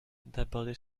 d’aborder